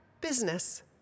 business